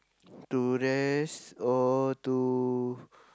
to rest or to